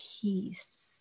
peace